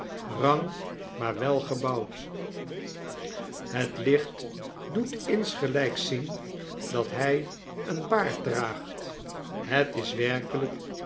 gestalte rank maarwelgebouwd het licht doet insgelyks zien dat by een baard draagt het is werkelyk